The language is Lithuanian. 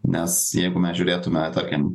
nes jeigu mes žiūrėtume tarkim